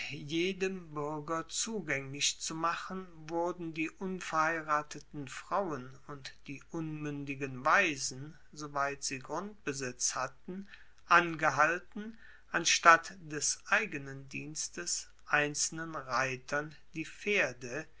jedem buerger zugaenglich zu machen wurden die unverheirateten frauen und die unmuendigen waisen soweit sie grundbesitz hatten angehalten anstatt des eigenen dienstes einzelnen reitern die pferde